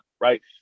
right